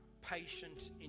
patient